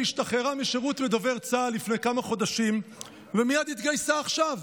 השתחררה משירות בדובר צה"ל לפני כמה חודשים ומייד התגייסה עכשיו